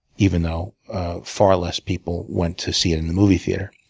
even though far less people went to see it in the movie theater.